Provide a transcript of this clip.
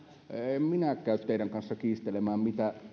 en minä käy teidän kanssanne kiistelemään siitä mitä